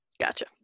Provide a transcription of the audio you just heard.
gotcha